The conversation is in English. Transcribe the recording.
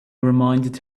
reminded